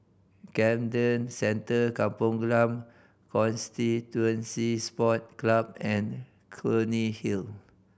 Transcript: Camden Centre Kampong Glam Constituency Sport Club and Clunny Hill